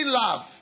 love